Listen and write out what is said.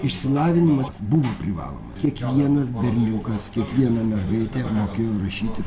išsilavinimas buvo privaloma kiekvienas berniukas kiekviena mergaitė mokėjo rašyt